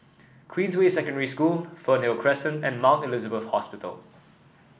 Queensway Secondary School Fernhill Crescent and Mount Elizabeth Hospital